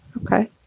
okay